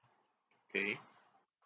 okay